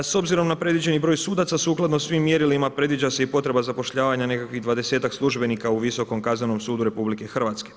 S obzirom na predviđeni broj sudaca sukladno svim mjerilima, predviđa se i potreba zapošljavanja nekakvih 20ak službenika u Visokom kaznenom sudu RH.